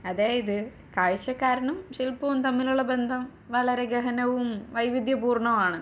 അതായത് കാഴ്ചക്കാരനും ശില്പവും തമ്മിലുള്ള ബന്ധം വളരെ ഗഹനവും വൈവിധ്യ പൂർണ്ണമാണ്